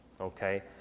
Okay